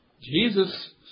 Jesus